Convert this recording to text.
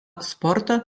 sporto